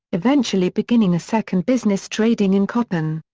eventually beginning a second business trading in cotton.